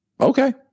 okay